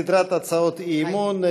אנחנו בסדרת הצעות אי-אמון.